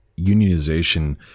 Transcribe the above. unionization